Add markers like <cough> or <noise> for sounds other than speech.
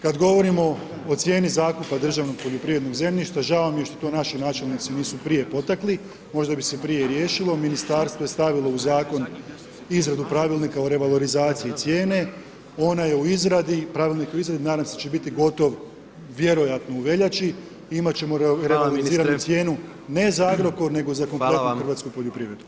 Kada govorimo o cijeni zakupa državnog poljoprivrednog zemljišta, žao mi je što to naši načelnici nisu potekli možda bi se prije riješilo, ministarstvo je stavilo u Zakon, izradu pravilnika o revalorizaciji cijene, ona je u izradi, pravilniku u izradi, nadam se da će biti gotov, vjerojatno u veljači i imati ćemo … <unintelligible> cijenu ne za Agrokor, nego za kompletnu hrvatsku poljoprivredu.